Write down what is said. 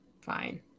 Fine